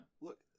Look